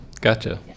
Gotcha